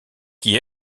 qui